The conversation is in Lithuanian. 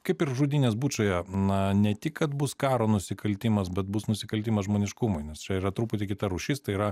kaip ir žudynės bučiuje na ne tik kad bus karo nusikaltimas bet bus nusikaltimas žmoniškumui nes čia yra truputį kita rūšis tai yra